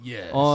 Yes